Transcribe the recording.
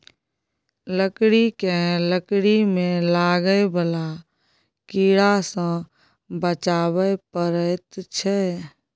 लकड़ी केँ लकड़ी मे लागय बला कीड़ा सँ बचाबय परैत छै